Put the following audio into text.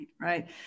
right